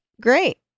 Great